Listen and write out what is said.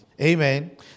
Amen